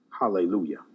Hallelujah